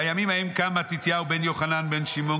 "בימים ההם קם מתתיהו בן יוחנן בן שמעון